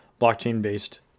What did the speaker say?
blockchain-based